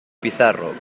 pizarro